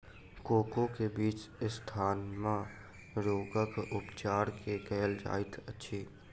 cocoa के बीज asthma रोगक उपचार मे कयल जाइत अछि